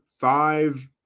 five